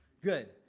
Good